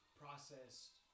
processed